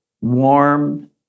warm